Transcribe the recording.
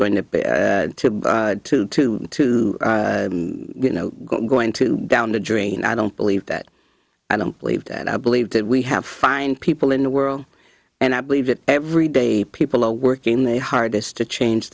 going to be two two two two you know going to down the drain i don't believe that i don't believe that i believe that we have fine people in the world and i believe that every day people are working the hardest to change